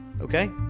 Okay